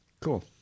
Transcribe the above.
Cool